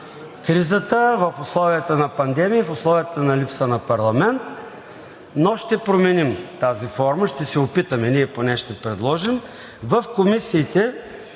кризата в условията на пандемия, в условията на липса на парламент, но ще променим тази форма, ще се опитаме – ние поне ще предложим. Нашите